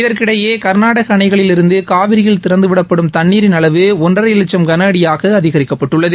இதற்கிடையே கர்நாடக அணைகளிலிருந்து காவிரியில் திறந்துவிடப்படும் தண்ணீரின் அளவு ஒன்றரை லட்சம் கன அடியாக அதிகரிக்கப்பட்டுள்ளது